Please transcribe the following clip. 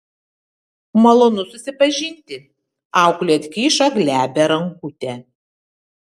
malonu susipažinti auklė atkišo glebią rankutę